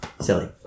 Silly